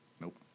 Nope